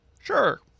sure